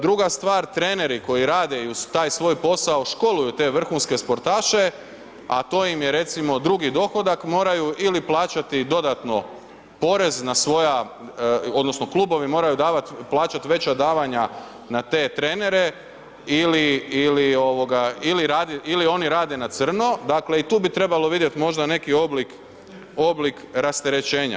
Druga stvar, treneri koji rade uz taj svoj posao školuju te vrhunske sportaše, a to im je recimo drugi dohodak moraju ili plaćati dodatno porez na svoja odnosno klubovi moraju plaćati veća davanja na te trenere ili oni rade na crno, dakle i tu bi trebalo vidjet možda neki oblik rasterećenja.